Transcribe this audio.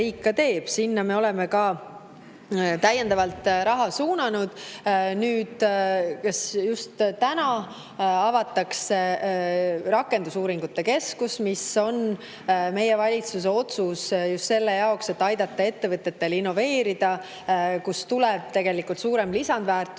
sinna me oleme täiendavalt raha suunanud. Just täna avatakse rakendusuuringute keskus, mille [rajamise] meie valitsus otsustas just selle jaoks, et aidata ettevõtetel innoveerida. Sellest tuleb tegelikult suurem lisandväärtus